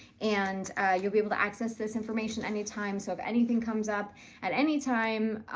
and you'll be able to access this information anytime. so if anything comes up at any time,